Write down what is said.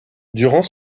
durant